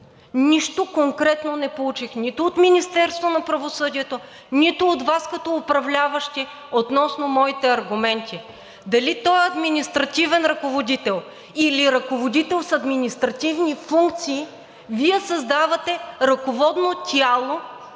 Нищо конкретно не получих нито от Министерството на правосъдието, нито от Вас като управляващи относно моите аргументи. Дали той е административен ръководител, или ръководител с административни функции, Вие създавате ръководно тяло